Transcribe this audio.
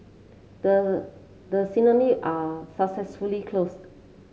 the are successfully closed